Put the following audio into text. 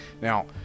Now